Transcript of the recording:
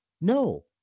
no